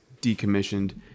decommissioned